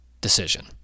decision